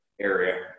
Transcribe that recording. area